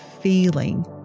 feeling